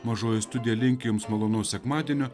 mažoji studija linki jums malonaus sekmadienio